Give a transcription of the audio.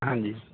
ਹਾਂਜੀ